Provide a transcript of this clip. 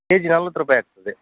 K G ನಲ್ವತ್ತು ರೂಪಾಯಿ ಆಗ್ತದೆ